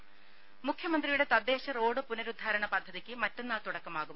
ദേര മുഖ്യമന്ത്രിയുടെ തദ്ദേശ റോഡ് പുനരുദ്ധാരണ പദ്ധതിയ്ക്ക് മറ്റന്നാൾ തുടക്കമാകും